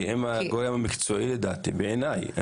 הם הגורם המקצועי בעיניי.